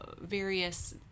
various